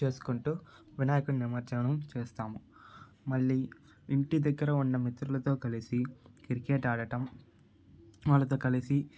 చేసుకుంటు వినాయకుడి నిమజ్జనం చేస్తాము మళ్ళీ ఇంటి దగ్గర ఉన్న మిత్రులతో కలిసి క్రికెట్ ఆడటం వాళ్ళతో కలిసి